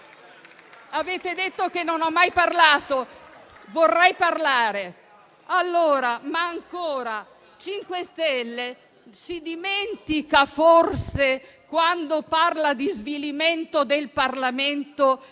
Avete detto che non ho mai parlato: vorrei parlare. Il MoVimento 5 Stelle si dimentica forse, quando parla di svilimento del Parlamento, che